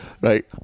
Right